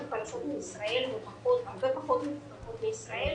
חלשות מישראל והרבה פחות מפותחות מישראל,